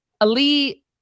Ali